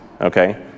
Okay